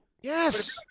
Yes